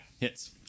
Hits